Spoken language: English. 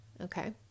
okay